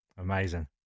Amazing